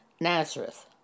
Nazareth